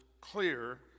clear